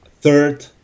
third